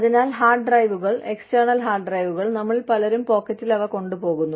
അതിനാൽ ഹാർഡ് ഡ്രൈവുകൾ external hard ഡ്രൈവുകൾ നമ്മളിൽ പലരും പോക്കറ്റിൽ അവ കൊണ്ടുപോകുന്നു